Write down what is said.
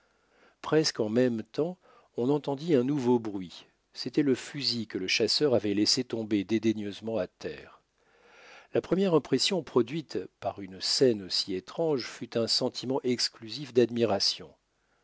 presque en même temps on entendit un nouveau bruit c'était le fusil que le chasseur avait laissé tomber dédaigneusement à terre la première impression produite par une scène aussi étrange fut un sentiment exclusif d'admiration